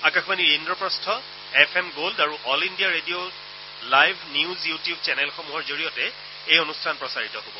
আকাশবাণীৰ Indraprastha F M gold আৰু all India radio live news YouTube চেনেলসমূহৰ জৰিয়তে এই অনুষ্ঠান প্ৰচাৰিত হ'ব